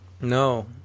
No